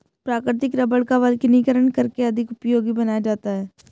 प्राकृतिक रबड़ का वल्कनीकरण करके अधिक उपयोगी बनाया जाता है